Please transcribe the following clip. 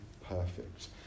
perfect